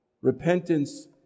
Repentance